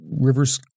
Rivers